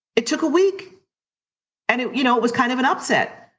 it took a week and it you know it was kind of an upset,